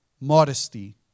modesty